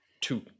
two